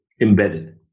embedded